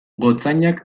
gotzainak